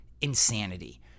insanity